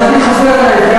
אז אני חוזר לאתגר